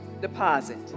deposit